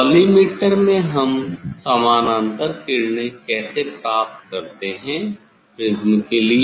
collimator में हम समानांतर किरणें कैसे प्राप्त करते हैं प्रिज़्म के लिए